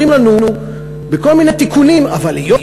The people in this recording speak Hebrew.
אומרים לנו בכל מיני תיקונים: אבל היות